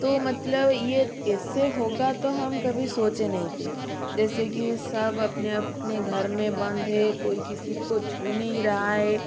तो मतलब यह ऐसे होगा तो हम कभी सोचे नहीं थे जैसे कि सब अपने अपने घर में बंद है कोई किसी को छू नही रहा है